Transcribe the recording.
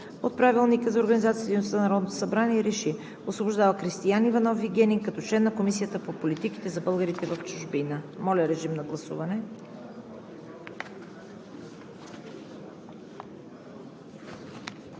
събрание РЕШИ: Освобождава Кристиан Иванов Вигенин като член на Комисията по политиките за българите в чужбина.“ Моля, режим на гласуване.